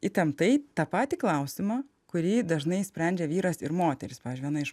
įtemptai tą patį klausimą kurį dažnai sprendžia vyras ir moteris pavyzdžiui viena iš